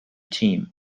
team